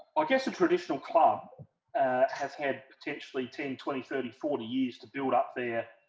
i guess a traditional club has had potentially ten twenty thirty forty years to build up their